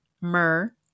myrrh